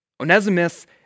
Onesimus